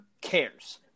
cares